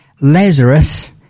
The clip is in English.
Lazarus